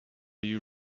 you